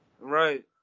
right